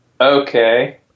Okay